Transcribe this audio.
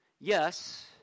Yes